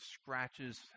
scratches